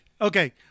Okay